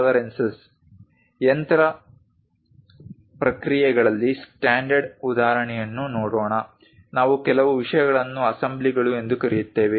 tolerances ಯಂತ್ರ ಪ್ರಕ್ರಿಯೆಗಳಲ್ಲಿ standard ಉದಾಹರಣೆಯನ್ನು ನೋಡೋಣ ನಾವು ಕೆಲವು ವಿಷಯಗಳನ್ನು ಅಸೆಂಬ್ಲಿಗಳು ಎಂದು ಕರೆಯುತ್ತೇವೆ